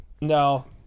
No